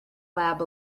lab